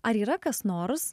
ar yra kas nors